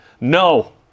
no